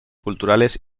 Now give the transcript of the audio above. culturales